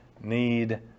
Need